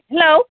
hello